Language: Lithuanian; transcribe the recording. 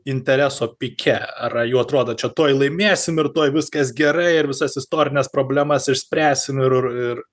intereso pike ar jau atrodo čia tuoj laimėsim ir tuoj viskas gerai ir visas istorines problemas išspręsim ir ir